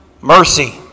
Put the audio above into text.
mercy